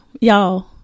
Y'all